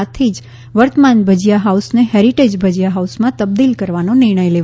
આથી જ વર્તમાન ભજિયા હાઉસને હેરિટેજ ભજિયા હાઉસમાં તબદીલ કરવાનો નિર્ણય લેવાયો છે